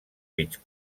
mig